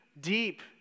deep